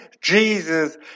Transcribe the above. Jesus